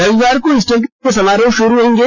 रविवार को ईस्टर के ॅसमारोह शुरू होंगे